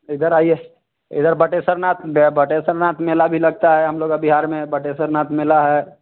इधर आइए इधर बटेसरनाथ बटेसरनाथ मेला भी लगता है हम लोग का बिहार में बटेसरनाथ मेला है